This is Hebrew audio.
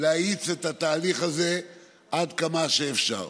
להאיץ את התהליך הזה עד כמה שאפשר.